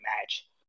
match